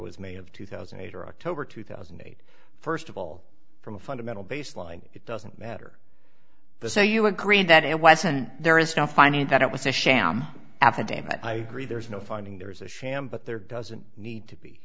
was may of two thousand and eight or october two thousand and eight first of all from a fundamental baseline it doesn't matter the so you agreed that it wasn't there is no finding that it was a sham affidavit i agree there is no finding there is a sham but there doesn't need to be